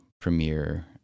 premiere